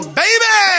baby